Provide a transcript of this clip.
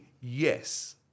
Yes